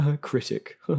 critic